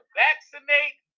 vaccinate